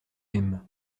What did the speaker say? aimes